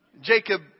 Jacob